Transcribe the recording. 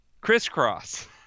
crisscross